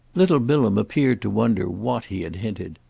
little bilham appeared to wonder what he had hinted.